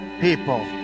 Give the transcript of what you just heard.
people